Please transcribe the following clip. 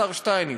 השר שטייניץ.